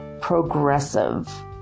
progressive